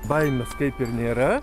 baimės kaip ir nėra